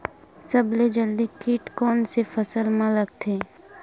सबले जल्दी कीट कोन से फसल मा लगथे?